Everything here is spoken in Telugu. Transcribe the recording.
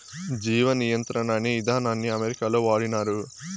జీవ నియంత్రణ అనే ఇదానాన్ని అమెరికాలో వాడినారు